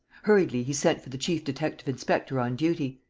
hurriedly he sent for the chief detective-inspector on duty.